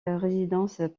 résidences